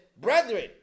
brethren